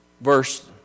verse